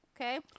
Okay